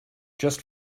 just